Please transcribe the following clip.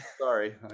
sorry